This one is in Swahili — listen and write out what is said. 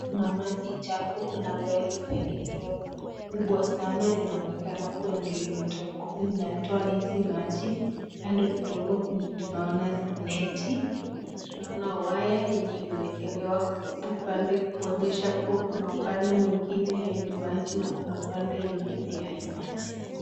Kuna maji chafu, kuna paipu iliyo kubwa sana inaonekana kuwa ndiyo inatoa hizi maji. Kando kidogo tunaona neti. Tunaona waya yenye imewekelewa upande kuonyesha kuwa kuna upande mwingine ya hili maji na kuna upande ingine ya hii maji.